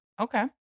Okay